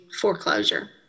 foreclosure